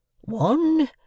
One